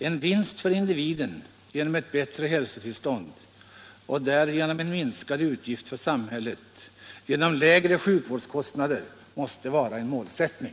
En vinst för individen genom ett bättre hälsotillstånd och därigenom minskade utgifter för samhället genom lägre sjukvårdskostnader måste vara en målinriktning.